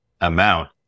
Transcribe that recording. amount